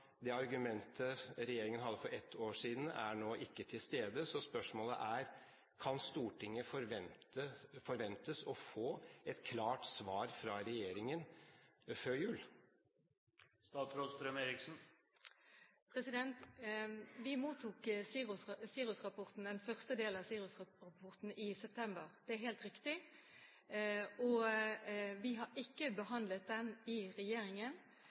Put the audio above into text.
det argumentet regjeringen hadde for ett år siden, er nå ikke til stede. Spørsmålet er: Kan Stortinget forvente å få et klart svar fra regjeringen før jul? Vi mottok den første del av SIRUS-rapporten i september – det er helt riktig. Vi har ikke behandlet den i regjeringen.